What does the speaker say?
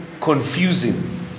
confusing